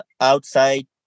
outside